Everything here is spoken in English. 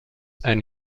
and